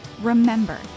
Remember